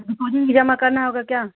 तो डिपोज़िट भी जमा करना होगा क्या